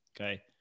Okay